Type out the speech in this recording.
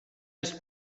els